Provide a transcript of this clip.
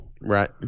right